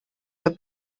her